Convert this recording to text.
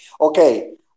Okay